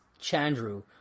Chandru